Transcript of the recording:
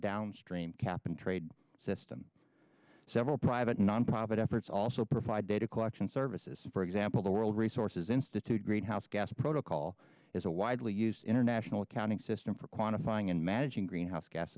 downstream cap and trade system several private nonprofit efforts also provide data collection services for example the world resources institute greenhouse gas protocol is a widely used international accounting system for quantifying and managing greenhouse gas